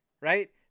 Right